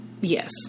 Yes